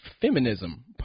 feminism